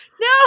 No